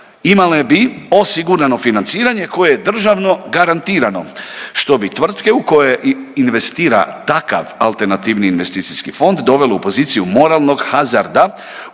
imale bi osigurano financiranje koje je državno garantirano, što bi tvrtke u koje investira takav AIF dovelo u poziciju moralnog hazarda